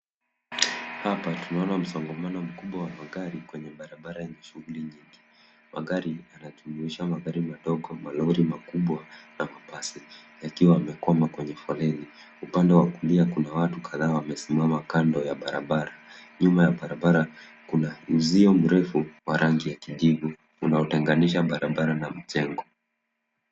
Hapa tunaona msongamano mkubwa wa magari kwenye barabara yenye shughuli nyingi. Yanajumuisha magari madogo, malori makubwa na mabasi yakiwa yamegwama kwenye foleni. Upande wa kulia kuna watu kadhaa wamesimama kando ya barabara. Nyuma ya barabara kuna mzio mrefu wa rangi ya kijivu unaotenganisha barabara na mjengo.